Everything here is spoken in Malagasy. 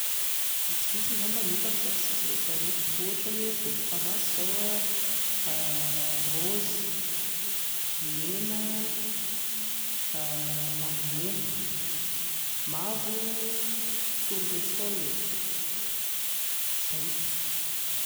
Vitsivitsy ngamba no hitako fa tsy izy rehetrarehetra, ohatra hoe volomparasy izao raozy, mena landimena, mavo tournesol, izay